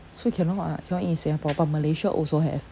so we cannot [what] cannot eat in singapore but malaysia also have